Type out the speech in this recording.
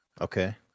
Okay